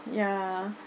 ya